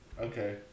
Okay